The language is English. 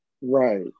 Right